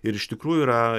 ir iš tikrųjų yra